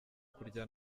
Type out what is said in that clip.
kurya